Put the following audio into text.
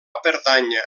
pertànyer